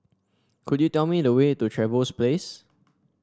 could you tell me the way to Trevose Place